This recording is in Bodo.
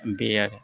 बे आरो